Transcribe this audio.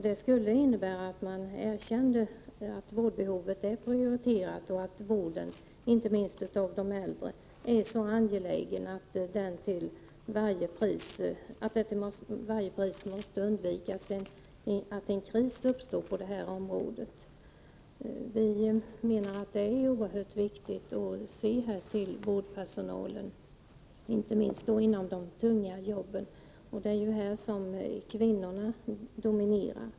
Det skulle innebära ett erkännande av att vårdbehovet prioriteras och att vården, inte minst av de äldre, är så angelägen att en kris på detta område till varje pris måste undvikas. Vi menar att det är oerhört viktigt att se till vårdpersonalen, inte minst inom de tunga jobben. Det är här kvinnorna dominerar.